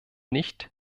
nicht